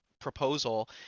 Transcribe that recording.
proposal